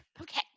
Okay